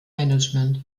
management